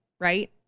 right